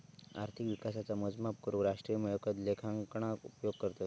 अर्थिक विकासाचा मोजमाप करूक राष्ट्रीय मिळकत लेखांकनाचा उपयोग करतत